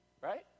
Right